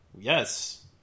yes